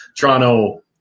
Toronto